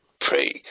Pray